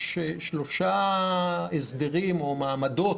שלוש מעמדות: